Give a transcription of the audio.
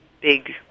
big